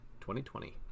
2020